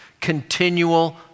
continual